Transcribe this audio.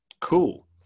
Cool